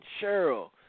Cheryl